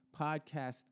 podcast